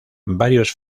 varios